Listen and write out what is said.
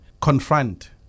confront